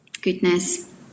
goodness